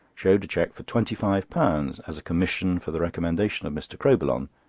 showed a cheque for twenty five pounds as a commission for the recommendation of mr. crowbillon,